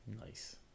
Nice